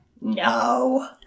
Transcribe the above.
No